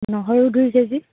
নহৰু দুই কেজি